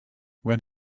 when